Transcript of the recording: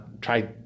try